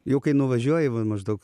jau kai nuvažiuoji va maždaug